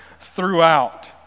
throughout